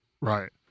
Right